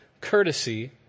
courtesy